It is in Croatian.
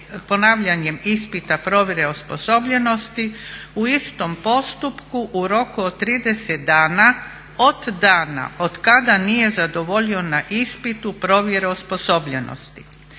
ponavljanjem ispita provjere osposobljenosti u istom postupku u roku od 30 dana od dana od kada nije zadovoljio na ispitu provjere osposobljenosti.